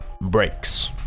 breaks